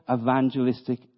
evangelistic